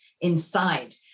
inside